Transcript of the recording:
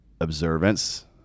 observance